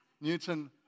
Newton